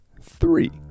three